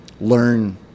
learn